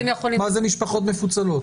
מה זה משפחות מפוצלות?